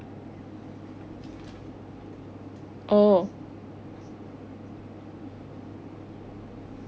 oh